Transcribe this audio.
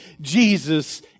Jesus